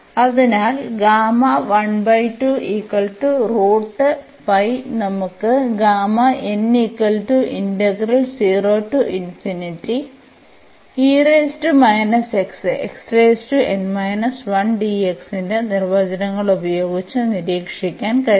അതിനാൽ നമുക്ക് ന്റെ നിർവചനങ്ങൾ ഉപയോഗിച്ച് നിരീക്ഷിക്കാൻ കഴിയും